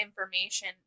information